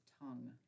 tongue